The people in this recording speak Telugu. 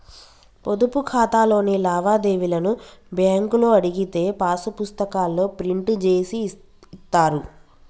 పొదుపు ఖాతాలోని లావాదేవీలను బ్యేంకులో అడిగితే పాసు పుస్తకాల్లో ప్రింట్ జేసి ఇత్తారు